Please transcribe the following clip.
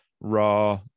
Raw –